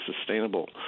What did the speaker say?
sustainable